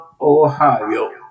Ohio